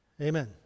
Amen